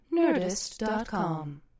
Nerdist.com